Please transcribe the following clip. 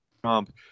Trump